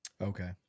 Okay